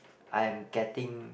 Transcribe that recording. I am getting